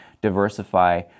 diversify